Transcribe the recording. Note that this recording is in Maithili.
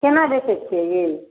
कोना बेचै छिए यइ